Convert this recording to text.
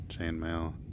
chainmail